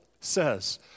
says